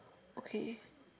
okay